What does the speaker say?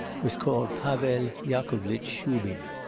was called pavel yakovlitch shubin.